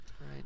right